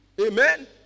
amen